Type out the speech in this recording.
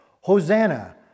Hosanna